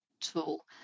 tool